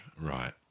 Right